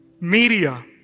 Media